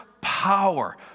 Power